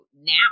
now